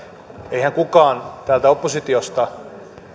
eihän kukaan täältä oppositiosta